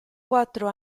quattro